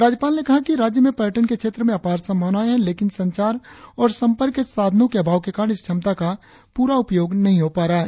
राज्यपाल ने कहा कि राज्य में पर्यटन के क्षेत्र में अपार संभावनाएं है लेकिन संचार और संपर्क के साधनों के अभाव के कारण इस क्षमता का पूरा उपयोग नहीं हो पा रहा है